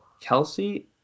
Kelsey